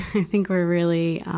i think we're really,